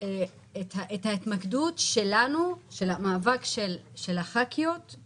את ההתמקדות שלנו, המאבק של חברות הכנסת,